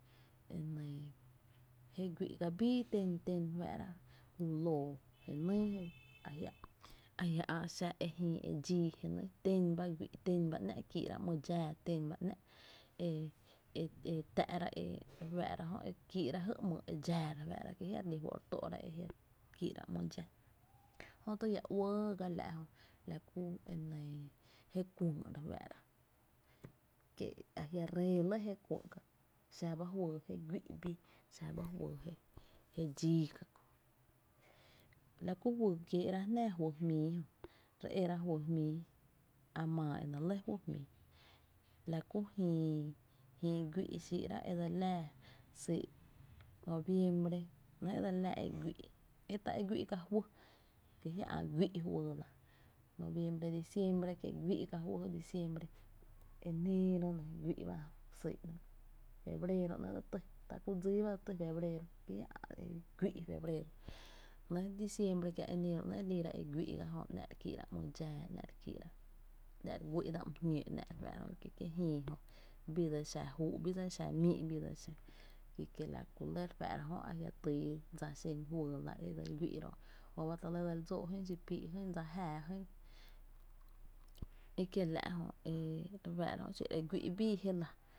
enɇɇ ki güi’ ga bii ten, ten re fáá’ra ju lóo je nýy a jia’ ä’ xa e JÏÏ e dxíi je nyy ‘nɇɇ’ tén ba güi’, tén ba ‘nⱥ’ kii’ra ‘myy’ dxáá ten ba ‘nⱥ’ e e e tá’ra e e re fáá’ra jö e kii’ra jy ‘myy’ dxáá re fáá’ra ki jhia’ re lí fó’ re t´’ra e jia’ kii’ra jy ‘myy’ dxáá jö to lla uɇɇ ga la’ jö la ku enɇɇ je kuïï’ re fáá’ra kie’ ajia’ ree lɇ je kuÿÿ’ ka kö’ xa ba juyy je güi’ bii, xa ba juyy je dxii ka kö’ la ku juyy kieerá’ jnáá juyy jmíi jö e re éra juyy jmíi, a maa e náá’ lɇ juyy jmíi la ku jïï güi’ xiirá’ e dse li laa syy’ noviembre ‘nɇe dse li laa e ta e güi’ ka juy ki jia’ ä’ güi’ juyy la, nviembre, diciembre kie’ güi’ ka juy diciembre, enero kie ‘ güi’ ba syy jö, febrero nɇɇ’ dse tý ta ku dsíí ba jö ki a jia’ ä’ e güi’ febrero, ‘nɇɇ’ diciembre kiä’ enerO ba ‘nɇɇ’ e güi’ ga jö, ‘nⱥ’ re kii’ra ‘myy’ dxaa ‘nⱥ’ re kíí’ra, ‘nⱥⱥ’ re güina ‘myy jño re fáá’ra jö ki kié’ jïï jö bii dseli xa júú’ bii dseli xa mii’ bii dse li xa, ki kie’ la ku re lɇ fáá’ra jö a jia’ tyy dsa xen juyy la e dse l güi’ ro’, jöba ta lɇ dse li dsóó’ jyn xi´pii’ jyn dsa jáá jyn e kiela’ jö xiro e güi’ bii jé la